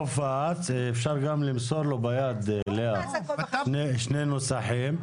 אפשר גם למסור לו ביד שני נוסחים.